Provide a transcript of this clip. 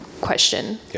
question